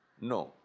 No